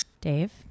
Dave